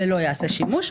ולא יעשה שימוש",